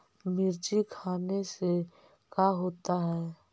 मिर्ची खाने से का होता है?